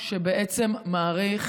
שמאריך